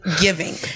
giving